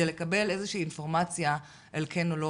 לקבל איזושהי אינפורמציה על כן או לא.